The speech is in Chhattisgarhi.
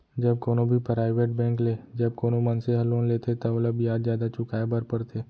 जब कोनो भी पराइबेट बेंक ले जब कोनो मनसे ह लोन लेथे त ओला बियाज जादा चुकाय बर परथे